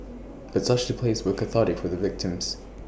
but such displays were cathartic for the victims